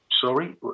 sorry